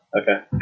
Okay